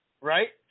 right